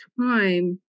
time